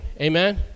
Amen